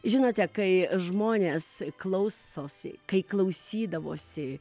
žinote kai žmonės klausosi kai klausydavosi